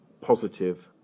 positive